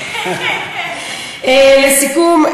לסיכום,